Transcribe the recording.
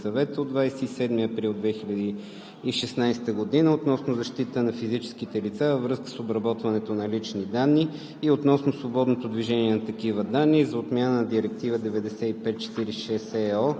заложени в Регламент (ЕС) 2016/679 на Европейския парламент и на Съвета от 27 април 2016 г. относно защитата на физическите лица във връзка с обработването на лични данни